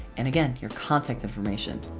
and again your contact information.